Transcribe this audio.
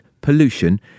pollution